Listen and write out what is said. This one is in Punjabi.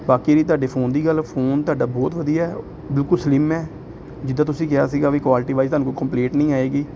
ਬਾਕੀ ਰਹੀ ਤੁਹਾਡੇ ਫੋਨ ਦੀ ਗੱਲ ਫੋਨ ਤੁਹਾਡਾ ਬਹੁਤ ਵਧੀਆ ਬਿਲਕੁਲ ਸਲਿਮ ਹੈ ਜਿੱਦਾਂ ਤੁਸੀਂ ਕਿਹਾ ਸੀਗਾ ਵੀ ਕੁਆਲਿਟੀ ਵਾਈਜ ਤੁਹਾਨੂੰ ਕੋਈ ਕੰਪਲੇਟ ਨਹੀਂ ਆਏਗੀ